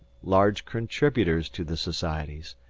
large contributors to the societies,